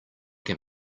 can